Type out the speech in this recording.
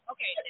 Okay